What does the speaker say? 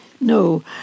No